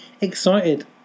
excited